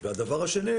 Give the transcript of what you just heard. שנית,